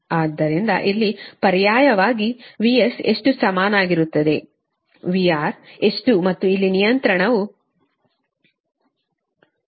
ಆದ್ದರಿಂದ ಇಲ್ಲಿ ಪರ್ಯಾಯವಾಗಿ VS ಎಷ್ಟು ಸಮನಾಗಿರುತ್ತದೆ VR ಎಷ್ಟು ಮತ್ತು ಇಲ್ಲಿ ನಿಯಂತ್ರಣಕ್ಕೆ ಸಮನಾಗಿರುತ್ತದೆ 16